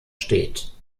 steht